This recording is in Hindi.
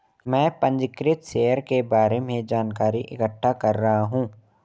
मैं पंजीकृत शेयर के बारे में जानकारी इकट्ठा कर रहा हूँ